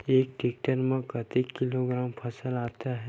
एक टेक्टर में कतेक किलोग्राम फसल आता है?